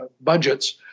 budgets